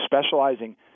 specializing